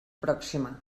pròxima